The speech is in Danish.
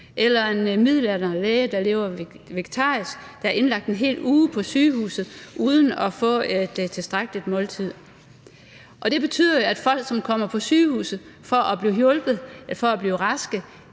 en om en midaldrende læge, der lever vegetarisk, og som er indlagt en hel uge på sygehuset uden at få et tilstrækkeligt måltid. Det betyder, at folk, som kommer på sygehuset for at blive hjulpet, for at blive raske,